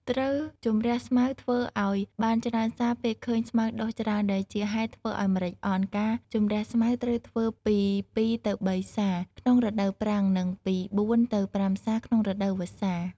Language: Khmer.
ត្រូវជម្រះស្មៅធ្វើឱ្យបានច្រើនសារពេលឃើញស្មៅដុះច្រើន ដែលជាហេតុធ្វើឱ្យម្រេចអន់ ការជម្រះស្មៅត្រូវធ្វើពី ២ទៅ៣សារ ក្នុងរដូវប្រាំង និងពី៤ទៅ៥សារក្នុងរដូវ វស្សារ។